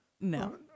No